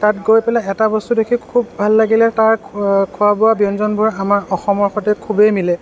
তাত গৈ পেলাই এটা বস্তু দেখি খুব ভাল লাগিলে তাৰ খোৱা বোৱা ব্যঞ্জনবোৰ আমাৰ অসমৰ সৈতে খুবেই মিলে